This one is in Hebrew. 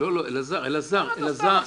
את זה בא החוק הזה --- רגע, רגע.